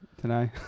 tonight